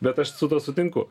bet aš su tuo sutinku